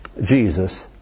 Jesus